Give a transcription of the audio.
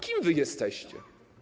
Kim wy jesteście?